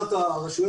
מבחינת הרשויות,